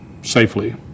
safely